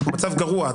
מצב גרוע.